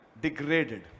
degraded